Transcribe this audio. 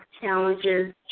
challenges